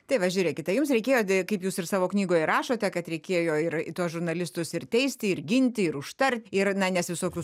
tai va žiūrėkite jums reikėjo kaip jūs ir savo knygoje rašote kad reikėjo ir tuos žurnalistus ir teisti ir ginti ir užtar ir na nes visokių